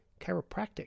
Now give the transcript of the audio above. chiropractic